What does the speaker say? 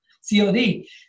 COD